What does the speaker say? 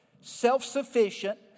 self-sufficient